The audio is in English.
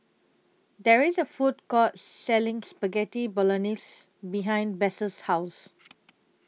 There IS A Food Court Selling Spaghetti Bolognese behind Bess' House